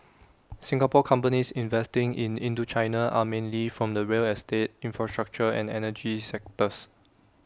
Singapore companies investing in Indochina are mainly from the real estate infrastructure and energy sectors